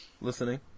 Listening